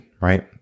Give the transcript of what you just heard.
right